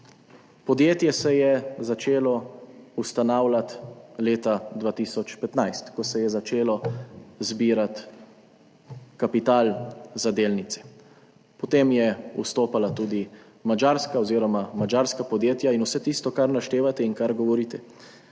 Podjetje se je začelo ustanavljati leta 2015, ko se je začelo zbirati kapital za delnice. Potem je vstopala tudi madžarska oziroma madžarska podjetja in vse tisto, kar naštevate in kar govorite.